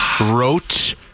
wrote